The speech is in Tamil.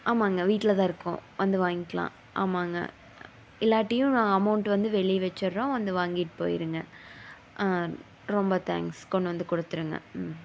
ஆமாங்க வீட்டில் தான் இருக்கோம் வந்து வாங்கிக்கலாம் ஆமாங்க இல்லாட்டியும் நான் அமௌண்ட்டு வந்து வெளியே வெச்சிடுறோம் வந்து வாங்கிட்டு போயிடுங்க ஆ ரொம்ப தேங்க்ஸ் கொண்டு வந்து கொடுத்துருங்க ம்